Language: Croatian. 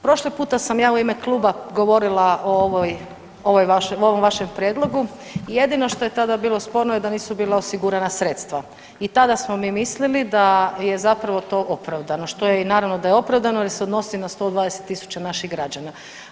Prošli puta sam ja u ime Kluba govorila o ovom vašem prijedlogu i jedino što je tada bilo sporno je da nisu bila osigurana sredstva i tada smo mi mislili da je zapravo to opravdano što je i naravno da je opravdano jer se odnosi na 120 tisuća naših građana.